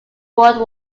world